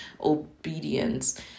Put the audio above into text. obedience